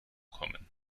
kommen